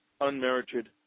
unmerited